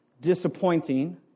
disappointing